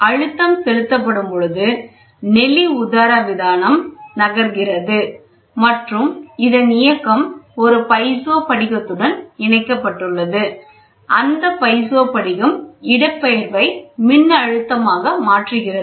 அழுத்தம் செலுத்தப்படும் பொழுது நெளி உதரவிதானம் நகர்கிறது மற்றும் இதன் இயக்கம் ஒரு பைசோ படிகத்துடன் இணைக்கப்பட்டுள்ளது அந்த பைசோ படிகம் இடப்பெயர்வை மின்னழுத்தமாக மாற்றுகிறது